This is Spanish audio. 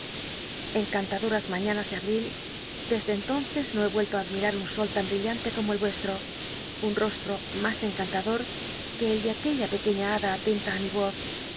encantadoras mañanas de abril desde entonces no be uello i admirar un sol tan brillante como el uesll'o un rostlo mas encantador que el de aquella pequeña hada atenta á mi roz